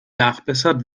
nachbessert